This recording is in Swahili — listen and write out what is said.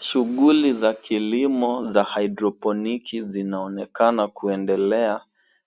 Shughuli za kilimo za haidroponiki zinaonekana kuendelea,